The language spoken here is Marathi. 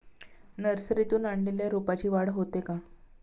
नर्सरीतून आणलेल्या रोपाची वाढ होते का?